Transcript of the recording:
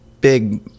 big